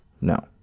no